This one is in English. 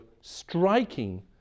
striking